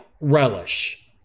relish